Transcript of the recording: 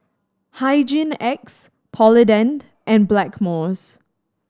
Hygin X Polident and Blackmores